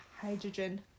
hydrogen